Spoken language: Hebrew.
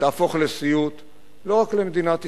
שתהפוך לסיוט לא רק למדינת ישראל,